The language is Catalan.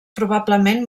probablement